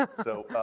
so